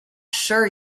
sure